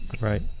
right